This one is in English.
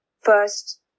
first